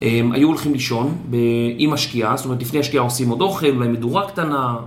היו הולכים לישון עם השקיעה, זאת אומרת לפני השקיעה עושים עוד אוכל, אולי מדורה קטנה.